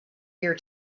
here